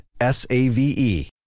S-A-V-E